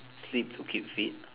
sleep to keep fit